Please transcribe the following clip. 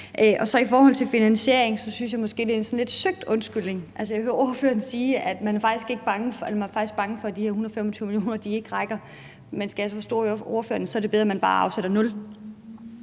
med. I forhold til finansieringen synes jeg måske, det er en lidt søgt undskyldning. Jeg hører ordføreren sige, at man faktisk er bange for, at de her 125 mio. kr. ikke rækker, men skal jeg så forstå ordføreren på den måde, at det er bedre, at man bare afsætter 0